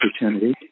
opportunity